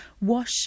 wash